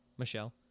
Michelle